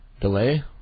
delay